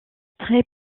trait